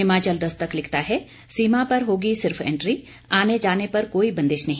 हिमाचल दस्तक लिखता है सीमा पर होगी सिर्फ एंट्री आने जाने पर कोई बंदिश नहीं